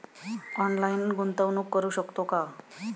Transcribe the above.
Online गुंतवणूक करू शकतो का?